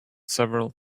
several